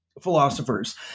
philosophers